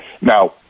now